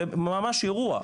זה ממש אירוע,